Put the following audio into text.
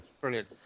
Brilliant